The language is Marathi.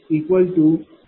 000043210